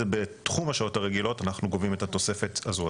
זה בתחום השעות הרגילות אנחנו גובים את התוספת הזאת.